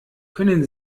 können